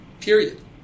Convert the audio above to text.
period